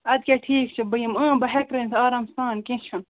اَدٕ کیٛاہ ٹھیٖک چھُ بہٕ یِمہٕ بہٕ ہٮکہٕ رٔنِتھ آرام سان کیٚنٛہہ چھُنہٕ